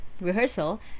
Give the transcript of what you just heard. rehearsal